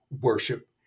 worship